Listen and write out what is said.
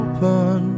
Open